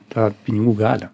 tą pinigų galią